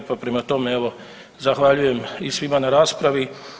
Pa prema tome evo zahvaljujem i svima na raspravi.